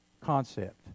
concept